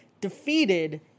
defeated